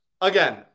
again